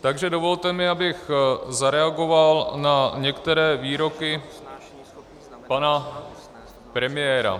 Takže dovolte mi, abych zareagoval na některé výroky pana premiéra.